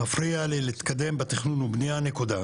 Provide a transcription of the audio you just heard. מפריע לי להתקדם בתכנון ובנייה נקודה.